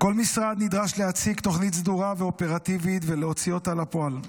כל משרד נדרש להציג תוכנית סודרה ואופרטיבית ולהוציא אותה לפועל.